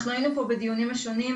אנחנו היינו פה בדיונים השונים,